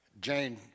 Jane